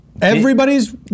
Everybody's